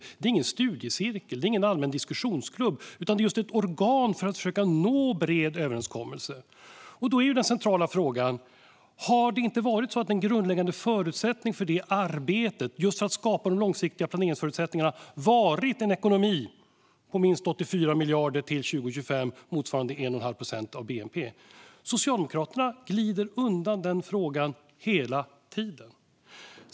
Det är ingen studiecirkel, och det är ingen allmän diskussionsklubb, utan det är just ett organ för att man ska försöka nå en bred överenskommelse. Då är den centrala frågan: Har inte en grundläggande förutsättning för detta arbete, just för att skapa de långsiktiga planeringsförutsättningarna, varit en ekonomi på minst 84 miljarder till 2025, motsvarande 1,5 procent av bnp? Socialdemokraterna glider undan frågan hela tiden.